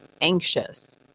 anxious